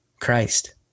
Christ